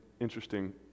interesting